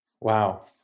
Wow